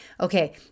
okay